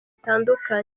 bitandukanye